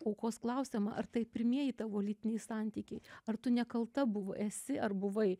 aukos klausiama ar tai pirmieji tavo lytiniai santykiai ar tu nekalta buvau esi ar buvai